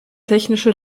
technische